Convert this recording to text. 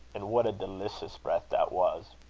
and what a delicious breath that was!